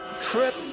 trip